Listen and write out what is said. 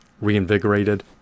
reinvigorated